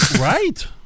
Right